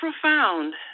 profound